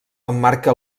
emmarca